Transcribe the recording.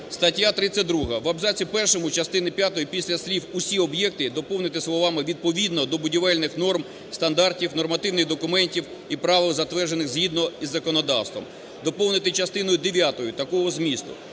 Стаття 32. В абзаці першому частини п'ятої після слів "усі об'єкти" доповнити словами "відповідно до будівельних норм, стандартів, нормативних документів і правил, затверджених згідно із законодавством". Доповнити частиною дев'ятою такого змісту.